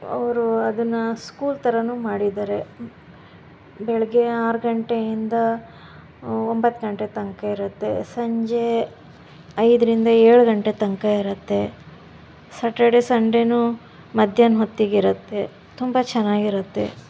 ಅವರು ಅದನ್ನು ಸ್ಕೂಲ್ ಥರನೂ ಮಾಡಿದ್ದಾರೆ ಬೆಳಗ್ಗೆ ಆರು ಗಂಟೆಯಿಂದ ಒಂಬತ್ತು ಗಂಟೆ ತನಕ ಇರುತ್ತೆ ಸಂಜೆ ಐದರಿಂದ ಏಳು ಗಂಟೆ ತನಕ ಇರುತ್ತೆ ಸಟಡೇ ಸಂಡೇನು ಮಧ್ಯಾಹ್ನ ಹೊತ್ತಿಗೆ ಇರುತ್ತೆ ತುಂಬ ಚೆನ್ನಾಗಿ ಇರುತ್ತೆ